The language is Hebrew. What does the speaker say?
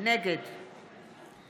נגד מכלוף